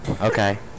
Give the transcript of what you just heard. Okay